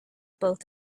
both